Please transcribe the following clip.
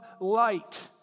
light